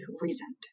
reasoned